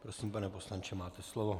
Prosím, pane poslanče, máte slovo.